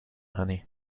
honey